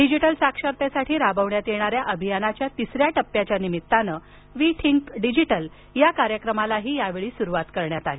digital साक्षरतेसाठी राबविण्यात येणाऱ्या अभियानाच्या तिसऱ्या टप्प्याच्या निमित्तानं वी थिंक डिजिटल या कार्यक्रमालाही यावेळी सुरुवात करण्यात आली